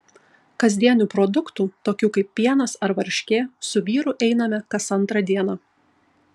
kasdienių produktų tokių kaip pienas ar varškė su vyru einame kas antrą dieną